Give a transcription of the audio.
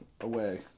away